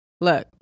Look